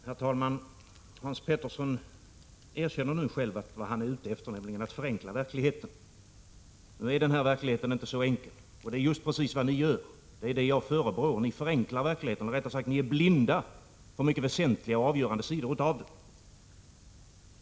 Herr talman! Hans Petersson i Röstånga erkänner nu själv att han är ute för att förenkla verkligheten. Nu är verkligheten inte så enkel. Jag har förebrått er just detta att ni förenklar verkligheten. Ni är rättare sagt blinda för mycket väsentliga och avgörande sidor av den.